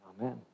Amen